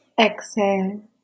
exhale